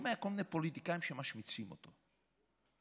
שומע כל מיני פוליטיקאים שמשמיצים אותו,